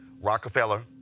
Rockefeller